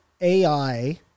AI